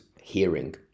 hearing